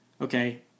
Okay